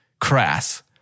crass